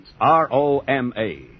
R-O-M-A